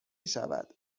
شود